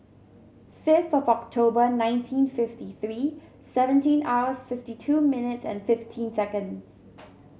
fifth of October nineteen fifty three seventeen hours fifty two minutes and fifteen seconds